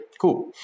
Cool